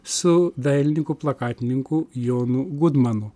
su dailininku plakatininku jonu gudmonu